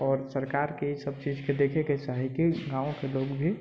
आओर सरकारके ईसभ चीजके देखयके चाही कि गामके लोक भी